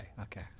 Okay